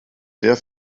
sehr